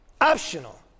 optional